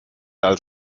als